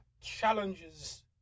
challenges